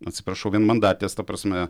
atsiprašau vienmandatės ta prasme